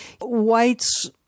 whites